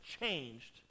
changed